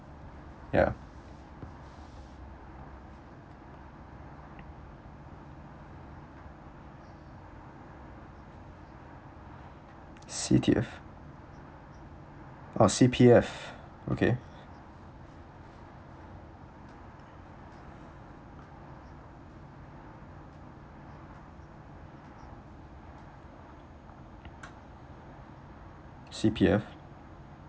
ya C_T_F oh C_P_F okay C_P_F